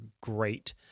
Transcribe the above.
great